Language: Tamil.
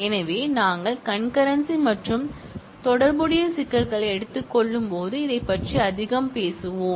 எனவே நாங்கள் கண்கரன்சி மற்றும் தொடர்புடைய சிக்கல்களை எடுத்துக் கொள்ளும்போது இதைப் பற்றி அதிகம் பேசுவோம்